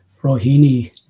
Rohini